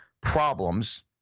problems